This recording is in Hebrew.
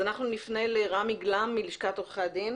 נפנה לרמי גלם מלשכת עורכי הדין